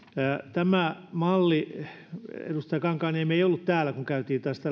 tämä malli edustaja kankaanniemi ei ollut täällä kun käytiin tästä